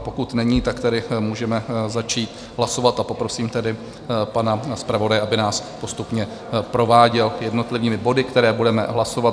Pokud není, tak můžeme začít hlasovat, a poprosím tedy pana zpravodaje, aby nás postupně prováděl jednotlivými body, které budeme hlasovat.